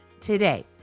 Today